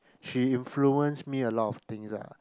she influence me a lot of things ah